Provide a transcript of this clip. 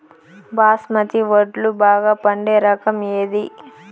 బాస్మతి వడ్లు బాగా పండే రకం ఏది